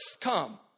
come